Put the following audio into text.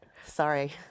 sorry